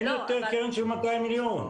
אין קרן של 200 מיליון.